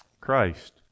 Christ